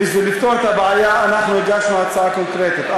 בשביל לפתור את הבעיה אנחנו הגשנו הצעה קונקרטית.